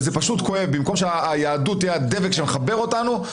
במקום שהיהדות תהיה הדבק שמחבר אותנו,